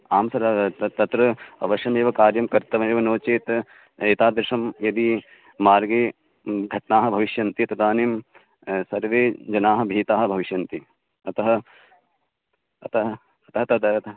आं सर् त तत्र अवश्यमेव कार्यं कर्तव्यमेव नो चेत् एतादृशं यदि मार्गे घटनाः भविष्यन्ति तदानीं सर्वे जनाः भीताः भविष्यन्ति अतः अतः अतः तदा तत्